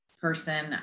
person